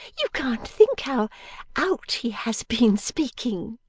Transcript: you can't think how out he has been speaking